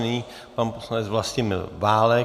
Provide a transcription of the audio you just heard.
Nyní pan poslanec Vlastimil Válek.